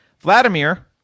Vladimir